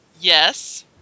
Yes